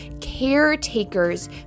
caretakers